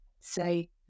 say